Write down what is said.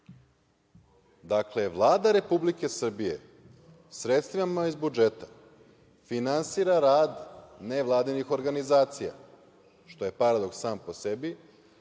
to. Dakle, Vlada Republike Srbije, sredstvima iz budžeta, finansira rad nevladinih organizacija, što je paradoks sam po sebi.